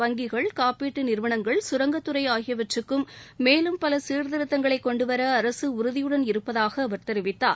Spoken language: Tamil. வங்கிகள் காப்பீட்டு நிறுவனங்கள் கரங்கத் துறை ஆகியவற்றுக்கும் மேலும் பல சீர்த்திருத்தங்களை கொண்டுவர அரசு உறுதியுடன் இருப்பதாக அவர் தெரிவித்தார்